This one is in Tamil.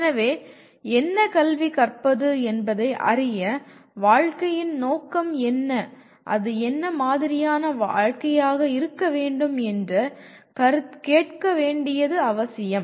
எனவே என்ன கல்வி கற்பது என்பதை அறிய வாழ்க்கையின் நோக்கம் என்ன அது என்ன மாதிரியான வாழ்க்கையாக இருக்க வேண்டும் என்று கேட்க வேண்டியது அவசியம்